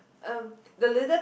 uh the little